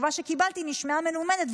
והתשובה שקיבלתי נשמעה מלומדת,